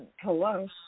Hello